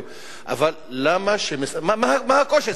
מה הקושי?